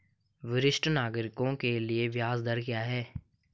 वरिष्ठ नागरिकों के लिए ब्याज दर क्या हैं?